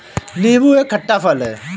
नीबू एक खट्टा फल है